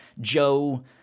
joe